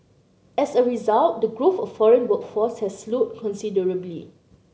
as a result the growth of foreign workforce has slowed considerably